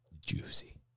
Juicy